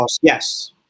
Yes